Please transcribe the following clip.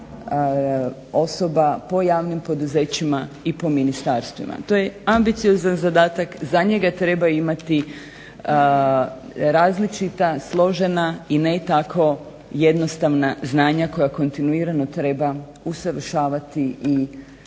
osoba po javnim poduzećima i po ministarstvima. To je ambiciozan zadatak, za njega treba imati različita složena i ne tako jednostavna znanja koja kontinuirano treba usavršavati i